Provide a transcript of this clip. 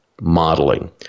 modeling